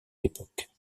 époque